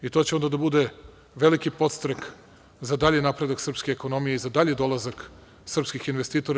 I, to će onda da bude veliki podstrek za dalji napredak srpske ekonomije i za dalji dolazak srpskih investitora.